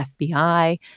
FBI